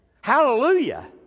Hallelujah